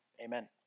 Amen